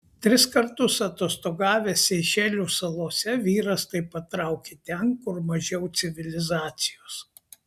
tris kartus atostogavęs seišelių salose vyras taip pat traukė ten kur mažiau civilizacijos